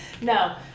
No